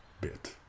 bit